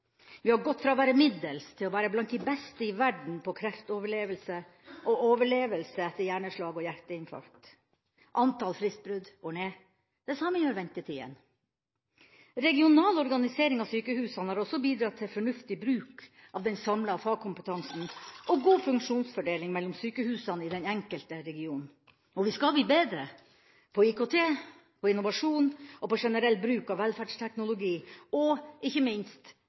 Vi har gått fra å være middels til å være blant de beste i verden på kreftoverlevelse og overlevelse etter hjerneslag og hjerteinfarkt. Antall fristbrudd går ned, det samme gjør ventetidene. Regional organisering av sykehusene har også bidratt til fornuftig bruk av den samla fagkompetansen og god funksjonsfordeling mellom sykehusene i den enkelte region. Og vi skal bli bedre: på IKT, på innovasjon, på generell bruk av velferdsteknologi, og – ikke minst